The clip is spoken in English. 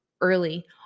early